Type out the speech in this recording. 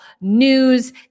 news